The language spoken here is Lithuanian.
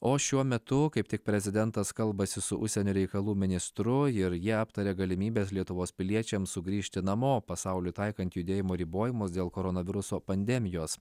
o šiuo metu kaip tik prezidentas kalbasi su užsienio reikalų ministru ir jie aptarė galimybes lietuvos piliečiams sugrįžti namo pasauliui taikant judėjimo ribojimus dėl koronaviruso pandemijos